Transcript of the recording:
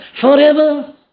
forever